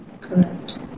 Correct